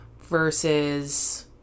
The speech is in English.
versus